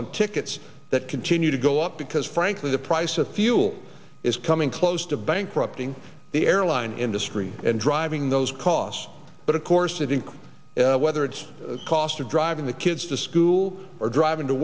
on tickets that continue to go up because frankly the price of fuel is coming close to bankrupting the airline industry and driving those costs but of course it's unclear whether it's the cost of driving the kids to school or driving to